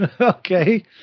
Okay